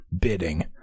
bidding